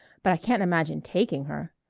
but i can't imagine taking her.